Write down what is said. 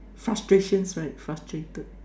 frustrations right frustrated